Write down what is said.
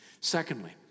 Secondly